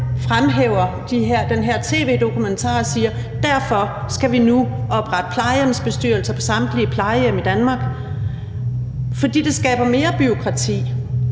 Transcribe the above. fremhæver den her tv-dokumentar og siger: Derfor skal vi nu oprette plejehjemsbestyrelser på samtlige plejehjem i Danmark. For det skaber mere bureaukrati,